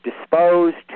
disposed